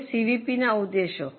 હવે સીવીપી ના ઉદ્દેશો